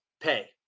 pay